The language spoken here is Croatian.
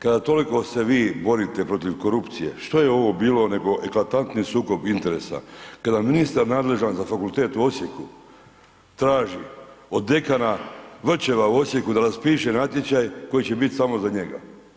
Kada toliko se vi borite protiv korupcije, što je ovo bilo nego eklatantni sukob interesa kada ministar nadležan za fakultet u Osijeku traži od dekana … [[Ne razumije se]] u Osijeku da raspiše natječaj koji će biti samo za njega?